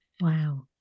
Wow